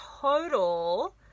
total